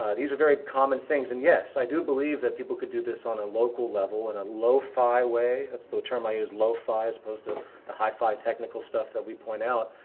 these are very common things and yes, i do believe that people can do this on a local level on and a low-fi way. that's the term i use, low-fi as opposed to the hi-fi technical stuff that we point out.